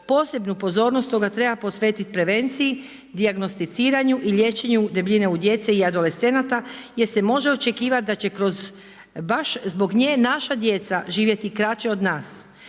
Posebnu pozornost stoga treba posvetiti prevenciji, dijagnosticiranju i liječenju debljine u djece i adolescenata jer se može očekivati da će kroz, baš zbog nje naša djeca živjeti kraće od nas.